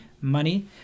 money